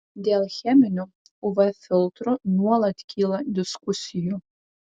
dėl cheminių uv filtrų nuolat kyla diskusijų